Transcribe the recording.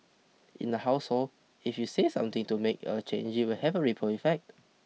in the household if you say something to make a change it will have a ripple effect